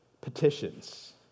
petitions